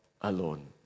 alone